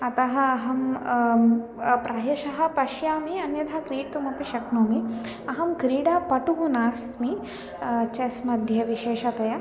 अतः अहं प्रायशः पश्यामि अन्यथा क्रीडितुम् अपि शक्नोमि अहं क्रीडापटुः नास्मि चेस्मध्ये विशेषतया